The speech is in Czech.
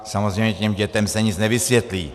Samozřejmě těm dětem se nic nevysvětlí.